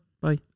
Bye